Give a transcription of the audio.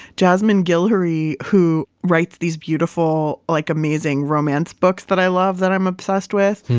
jasmine guillory, who writes these beautiful, like amazing romance books that i love that i'm obsessed with,